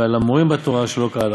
ועל המורים בתורה שלא כהלכה,